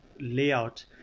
layout